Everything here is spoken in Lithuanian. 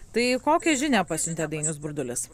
tai kokią žinią pasiuntė dainius burdulis